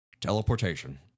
Teleportation